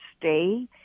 stay